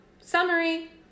summary